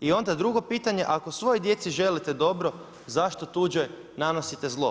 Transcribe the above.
I onda drugo pitanje, ako svojoj djeci želite dobro, zašto tuđoj nanosite zlo.